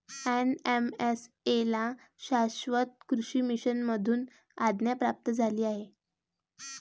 NMSA ला शाश्वत कृषी मिशन मधून आज्ञा प्राप्त झाली आहे